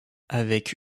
avec